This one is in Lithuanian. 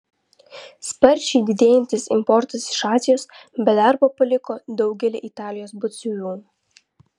sparčiai didėjantis importas iš azijos be darbo paliko daugelį italijos batsiuvių